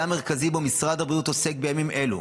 המרכזי שבו משרד הבריאות עוסק בימים אלה.